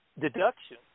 deduction